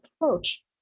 approach